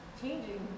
changing